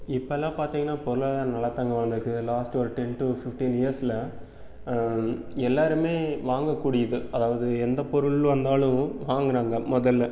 இப்போலாம் பார்த்திங்கனா பொருளாதாரம் நல்லா தாங்க வளர்ந்துருக்கு லாஸ்ட் ஒரு டென் டூ ஃபிஃப்ட்டீன் இயர்ஸில் எல்லாருமே வாங்கக்கூடியது அதாவது எந்த பொருள் வந்தாலும் வாங்குறாங்க முதல்ல